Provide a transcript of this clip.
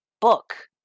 book